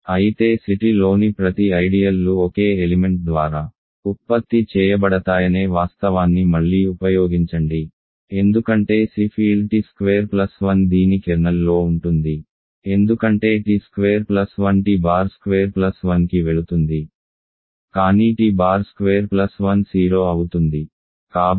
అయితే C tలోని ప్రతి ఐడియల్లు ఒకే ఎలిమెంట్ ద్వారా ఉత్పత్తి చేయబడతాయనే వాస్తవాన్ని మళ్లీ ఉపయోగించండి ఎందుకంటే C field t square plus 1 దీని కెర్నల్లో ఉంటుంది ఎందుకంటే t square plus 1 t bar square plus 1కి వెళుతుంది కానీ t బార్ స్క్వేర్ ప్లస్ 1 0 అవుతుంది